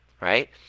Right